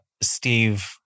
Steve